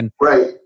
Right